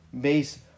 base